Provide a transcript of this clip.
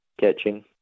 catching